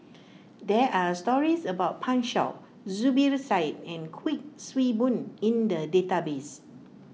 there are stories about Pan Shou Zubir Said and Kuik Swee Boon in the database